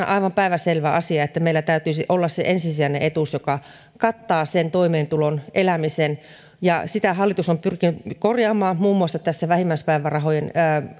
aivan päivänselvä asia että meillä täytyisi olla se ensisijainen etuus joka kattaa sen toimeentulon elämisen ja sitä hallitus on pyrkinyt korjaamaan muun muassa tässä vähimmäispäivärahojen